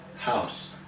House